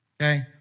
okay